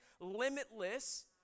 limitless